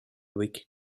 whig